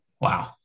Wow